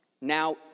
Now